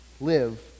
live